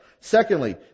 Secondly